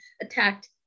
attacked